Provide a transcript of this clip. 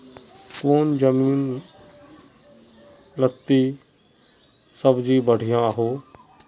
कौन जमीन लत्ती सब्जी बढ़िया हों?